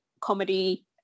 comedy